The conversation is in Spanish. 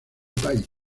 país